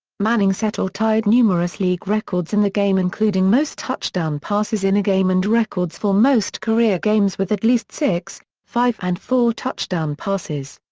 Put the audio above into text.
manning set or tied numerous league records in the game including most touchdown passes in a game and records for most career games with at least six, five and four touchdown passes.